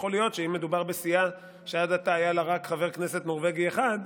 יכול להיות שאם מדובר בסיעה שעד עתה היה לה רק חבר כנסת נורבגי אחד,